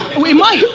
we might,